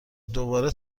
دوباره